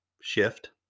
shift